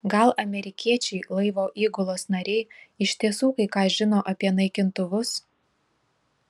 gal amerikiečiai laivo įgulos nariai iš tiesų kai ką žino apie naikintuvus